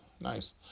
nice